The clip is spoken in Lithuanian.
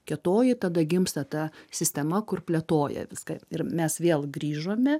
kietoji tada gimsta ta sistema kur plėtoja viską ir mes vėl grįžome